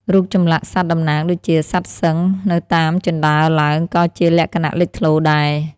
រូបចម្លាក់សត្វតំណាងដូចជា សត្វសិង្ហ នៅតាមជណ្ដើរឡើង ក៏ជាលក្ខណៈលេចធ្លោដែរ។